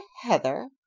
Heather